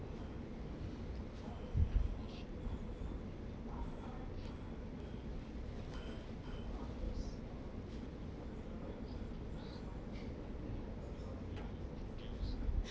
okay